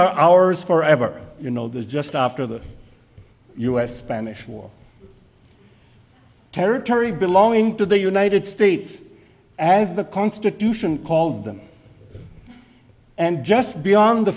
are ours for ever you know there's just after the us spanish war territory belonging to the united states as the constitution call them and just beyond the